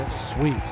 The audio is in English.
Sweet